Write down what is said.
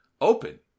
open